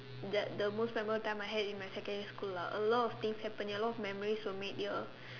that the most memorable time I had in my secondary school lah a lot of things happen here a lot of memories were made here